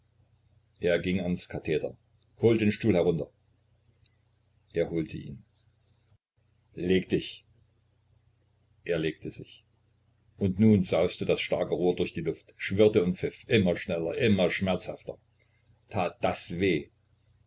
er ging ans katheder hol den stuhl herunter er holte ihn leg dich er legte sich und nun sauste das starke rohr durch die luft schwirrte und pfiff immer schneller immer schmerzhafter tat das weh